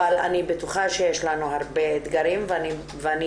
אבל אני בטוחה שיש לנו הרבה אתגרים ואני